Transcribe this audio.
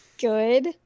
Good